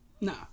No